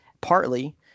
Partly